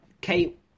Kate